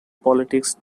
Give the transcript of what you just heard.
politics